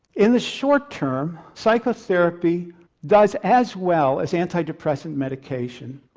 in the short term psychotherapy does as well as antidepressant medication,